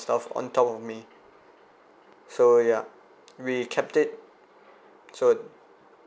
stuff on top of me so yeah we kept it so